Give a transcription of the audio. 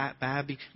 baby